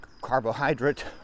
carbohydrate